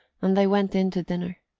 and they went in to dinner.